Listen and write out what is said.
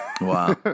Wow